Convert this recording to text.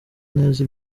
neza